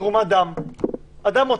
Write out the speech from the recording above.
אני רוצה